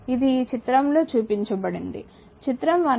ఇది ఈ చిత్రం లో చూపించబడింది చిత్రం 1